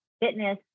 fitness